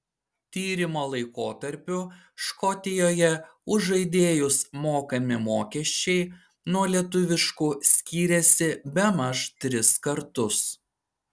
tyrimo laikotarpiu škotijoje už žaidėjus mokami mokesčiai nuo lietuviškų skyrėsi bemaž tris kartus